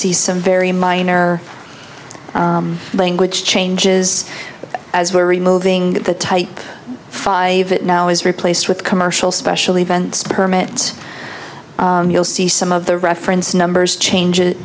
see some very minor language changes as we're removing the type five it now is replaced with commercial special events permits you'll see some of the reference numbers changes